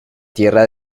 tierra